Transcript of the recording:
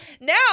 now